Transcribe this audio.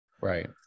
Right